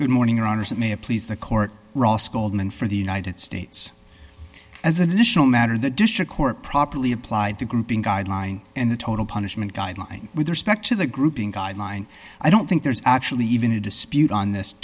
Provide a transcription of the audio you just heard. good morning your honor some may please the court ross goldman for the united states as an initial matter the district court properly applied the grouping guideline and the total punishment guideline with respect to the grouping guideline i don't think there's actually even a dispute on this